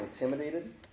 intimidated